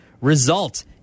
result